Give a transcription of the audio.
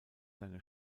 seine